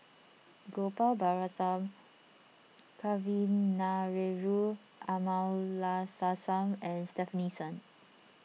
Gopal Baratham Kavignareru Amallathasan and Stefanie Sun